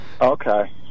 Okay